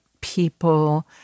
people